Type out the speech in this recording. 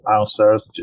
answers